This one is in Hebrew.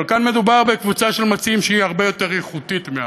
אבל כאן מדובר בקבוצה של מציעים שהיא הרבה יותר איכותית מהאחרים.